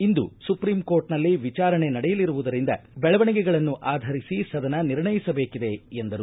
ಇಂದು supreme ಕೋರ್ಟ್ನಲ್ಲಿ ವಿಚಾರಣೆ ನಡೆಯಲಿರುವುದರಿಂದ ಬೆಳವಣಿಗೆಗಳನ್ನು ಆಧರಿಸಿ ಸದನ ನಿರ್ಣಯಿಸಬೇಕಿದೆ ಎಂದರು